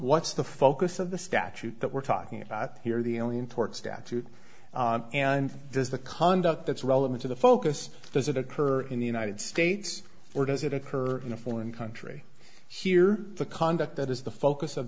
what's the focus of the statute that we're talking about here the only import statute and does the conduct that's relevant to the focus does it occur in the united states or does it occur in a foreign country here the conduct that is the focus of